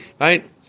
right